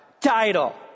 Title